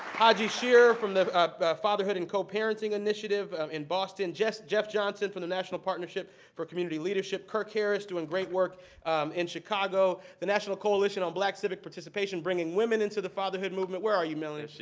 haji shearer from the fatherhood and co-parenting initiative in boston. jeff johnson from the national partnership for community leadership. kirk harris doing great work in chicago. the national coalition on black civic participation, bringing women into the fatherhood movement. where are you, melanie?